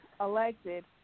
elected